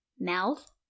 mouth